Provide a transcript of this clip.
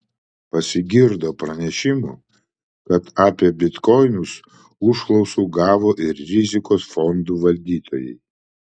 pasigirdo pranešimų kad apie bitkoinus užklausų gavo ir rizikos fondų valdytojai